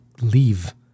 leave